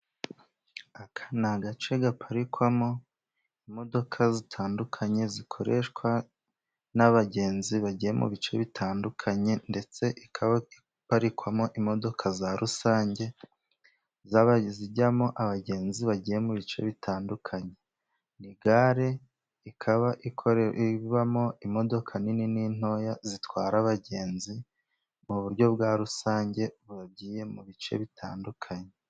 Aka ni agace gaparikwamo imodoka zitandukanye zikoreshwa n'abagenzi bagiye mu bice bitandukanye, ndetse ikaba iparikwamo imodoka za rusange zaba izijyamo abagenzi bagiye mu bice bitandukanye. Gare ikaba ibamo imodoka nini n'intoya zitwara abagenzi mu buryo bwa rusange bagiye mu bice bitandukanye.